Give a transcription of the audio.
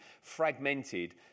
fragmented